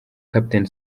captain